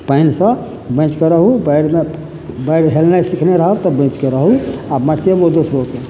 पानिसँ बाँच शके रहू बाढिमे बाइढ़ि हेलनाइ सिखने रहब तऽ बैच कऽ रहू आ मचिये मऽ दोसरोके